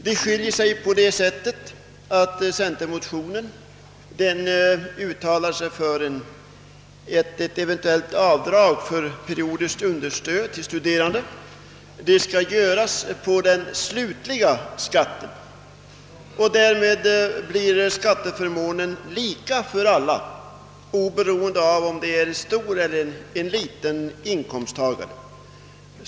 De skiljer sig från varandra på det sättet att centerpartimotionen uttalar sig för att ett eventuellt avdrag för periodiskt understöd till studerande skall göras på den slutliga skatten. Därmed blir skatteförmånen lika för alla, oberoende av om inkomsten är stor eller liten.